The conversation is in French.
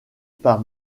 par